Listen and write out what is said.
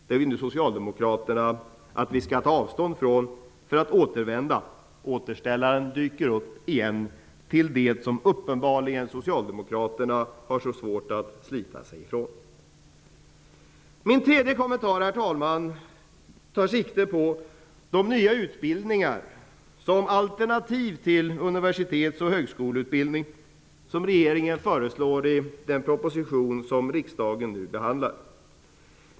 Det vill nu socialdemokraterna att vi skall ta avstånd ifrån och i stället återvända till det som socialdemokraterna uppenbarligen har så svårt att slita sig ifrån. Återställaren dyker upp igen. Min tredje kommentar tar sikte på de nya utbildningar, alternativ till universitets och högskoleutbildning, som regeringen föreslår i den proposition som riksdagen nu behandlar.